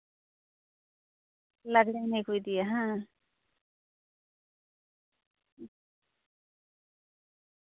ᱞᱟᱜᱽᱬᱮ ᱮᱱᱮᱡ ᱠᱚ ᱤᱫᱤᱭᱟ ᱵᱟᱝ